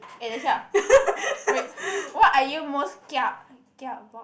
eh 等一下：deng yi xia wait what are you most kia about